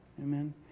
Amen